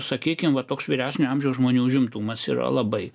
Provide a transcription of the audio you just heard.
sakykim vat toks vyresnio amžiaus žmonių užimtumas yra labai